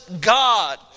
God